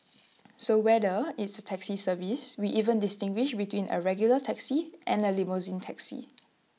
so whether it's A taxi service we even distinguish between A regular taxi and A limousine taxi